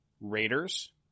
Raiders